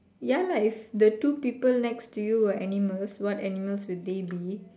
ya lah if the two people next to you were animals what animals would they be